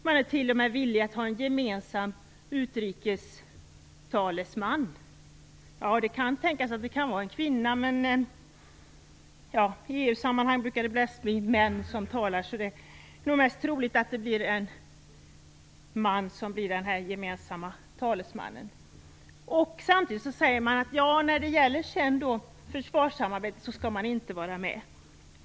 Man är t.o.m. villig att ha en gemensam utrikestalesman. Ja, det kan tänkas att det kan vara en kvinna, men i EU-sammanhang brukar det mest bli män som talar, så det är nog mest troligt att det blir en man som blir den gemensamma talesmannen. Samtidigt säger man att när det gäller försvarssamarbete skall man inte vara med.